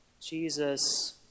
Jesus